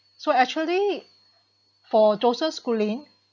so actually for joseph schooling